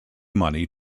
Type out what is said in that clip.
money